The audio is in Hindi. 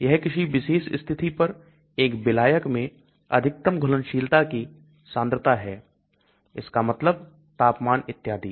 यह किसी विशेष स्थिति पर एक विलायक में अधिकतम घुलनशीलता कि सांद्रता है इसका मतलब तापमान इत्यादि